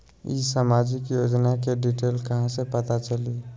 ई सामाजिक योजना के डिटेल कहा से पता चली?